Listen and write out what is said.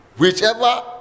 Whichever